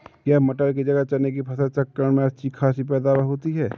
क्या मटर की जगह चने की फसल चक्रण में अच्छी खासी पैदावार होती है?